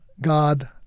God